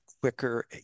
quicker